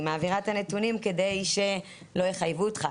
אני מעבירה את הנתונים כדי שלא יחייבו אותך,